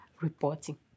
reporting